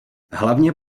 hlavně